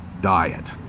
diet